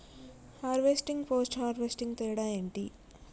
Harvesting, post harvesting తేడా ఏంటి?